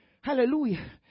Hallelujah